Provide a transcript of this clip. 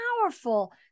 powerful